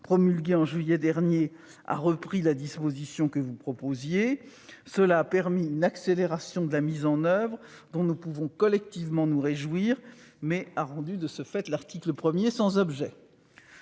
promulguée en juillet dernier, a repris la disposition que vous proposiez. Cela a permis une accélération de sa mise en oeuvre, ce dont nous pouvons collectivement nous réjouir, mais a rendu, de fait, l'article 1 sans objet.